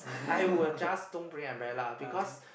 I will just don't bring umbrella because